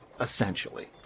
essentially